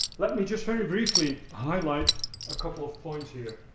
let me just very briefly highlight a couple of points here.